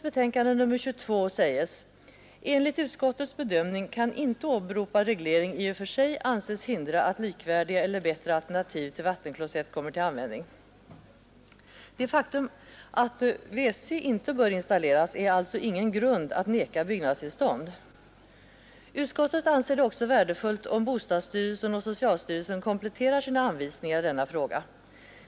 ”Enligt utskottets bedömning kan inte åberopad reglering i och för sig anses hindra att likvärdiga eller bättre alternativ till vattenklosett kommer till användning.” Det faktum att WC inte bör installeras är alltså ingen grund för att neka byggnadstillstånd. Utskottet anser det också värdefullt om bostadsstyrelsen och socialstyrelsen kompletterar sina anvisningar i denna fråga.